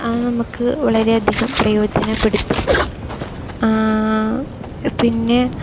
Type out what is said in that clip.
അത് നമുക്ക് വളരെയധികം പ്രയോജനപ്പെടുത്തും പിന്നെ